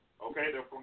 okay